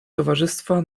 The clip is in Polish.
towarzystwa